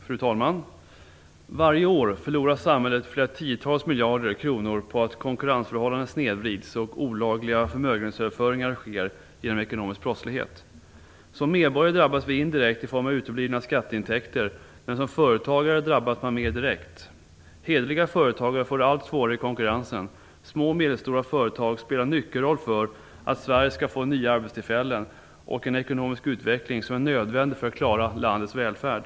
Fru talman! Varje år förlorar samhället flera tiotals miljarder kronor på att konkurrensförhållandena snedvrids och olagliga förmögenhetsöverföringar sker genom ekonomisk brottslighet. Som medborgare drabbas vi indirekt i form av uteblivna skatteintäkter, men som företagare drabbas man mer direkt. Hederliga företagare får det allt svårare i konkurrensen. Små och medelstora företag spelar en nyckelroll för att Sverige skall få nya arbetstillfällen och en ekonomisk utveckling som är nödvändig för att klara landets välfärd.